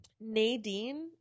Nadine